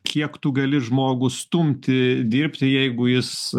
kiek tu gali žmogų stumti dirbti jeigu jis